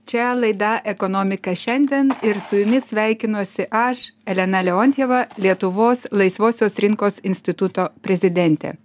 čia laida ekonomika šiandien ir su jumis sveikinuosi aš elena leontjeva lietuvos laisvosios rinkos instituto prezidentė